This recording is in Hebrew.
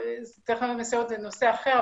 טכנולוגיות מסייעות זה נושא אחר,